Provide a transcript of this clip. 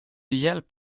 hjälp